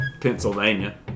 Pennsylvania